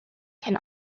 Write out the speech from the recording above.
can